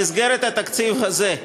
במסגרת התקציב הזה,